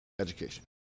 education